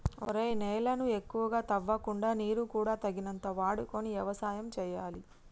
ఒరేయ్ నేలను ఎక్కువగా తవ్వకుండా నీరు కూడా తగినంత వాడుకొని యవసాయం సేయాలి